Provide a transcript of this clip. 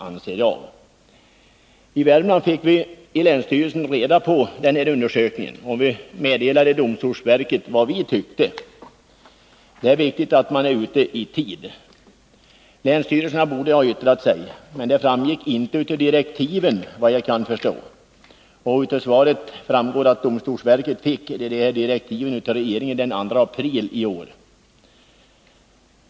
I Värmland fick vi i länsstyrelsen reda på denna undersökning, och vi meddelade domstolsverket vad vi tyckte. Det är viktigt att man är ute i tid. Länsstyrelserna borde ha fått yttra sig. Men det framgick inte av direktiven, efter vad jag kan förstå. Av svaret framgår att domstolsverket fick direktiven av regeringen den 2 april i år.